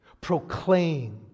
Proclaim